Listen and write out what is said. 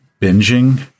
binging